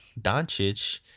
Doncic